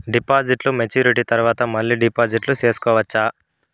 డిపాజిట్లు మెచ్యూరిటీ తర్వాత మళ్ళీ డిపాజిట్లు సేసుకోవచ్చా?